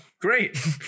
Great